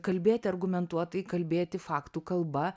kalbėti argumentuotai kalbėti faktų kalba